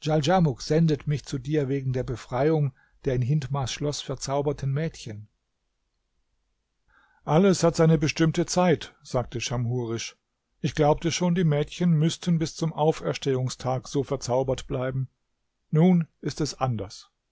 sendet mich zu dir wegen der befreiung der in hindmars schloß verzauberten mädchen alles hat seine bestimmte zeit sagte schamhurisch ich glaubte schon die mädchen müßten bis zum auferstehungstag so verzaubert bleiben nun ist es anders